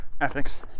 ethics